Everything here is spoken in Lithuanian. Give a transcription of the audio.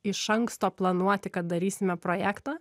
iš anksto planuoti kad darysime projektą